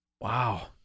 Wow